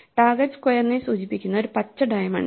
target സ്ക്വയറിനെ സൂചിപ്പിക്കുന്ന ഒരു പച്ച ഡയമണ്ട്